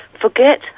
Forget